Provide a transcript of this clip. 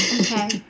Okay